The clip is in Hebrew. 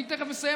אני תכף מסיים,